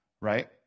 right